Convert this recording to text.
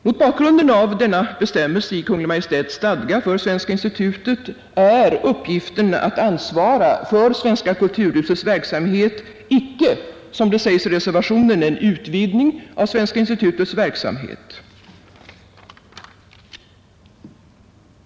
Mot bakgrunden av denna bestämmelse i Kungl. Maj:ts stadga för Svenska institutet är uppgiften att ansvara för Svenska kulturhuset icke, som det sägs i reservationen, en utvidgning av Svenska institutets verksamhet.